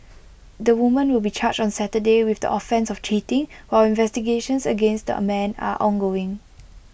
the woman will be charged on Saturday with the offence of cheating while investigations against the man are ongoing